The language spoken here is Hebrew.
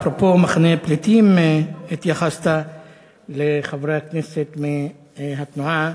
אפרופו מחנה פליטים, התייחסת לחברי הכנסת מהתנועה,